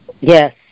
Yes